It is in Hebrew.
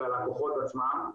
של הלקוחות עצמם,